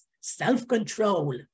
self-control